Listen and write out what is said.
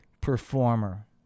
performer